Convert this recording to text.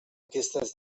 aquestes